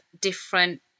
different